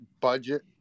budget